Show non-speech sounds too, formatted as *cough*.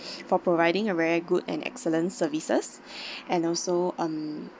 *breath* for providing a very good and excellent services and also um